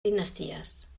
dinasties